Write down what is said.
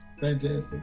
fantastic